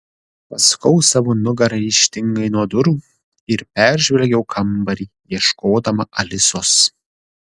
pasukau savo nugarą ryžtingai nuo durų ir peržvelgiau kambarį ieškodama alisos